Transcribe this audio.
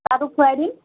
তাতো খোৱাই দিম